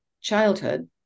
childhood